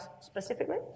specifically